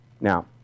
now